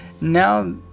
now